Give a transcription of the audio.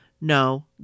No